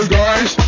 guys